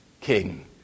King